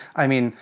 i mean,